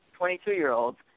22-year-olds